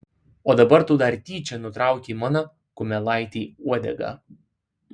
o dabar tu dar tyčia nutraukei mano kumelaitei uodegą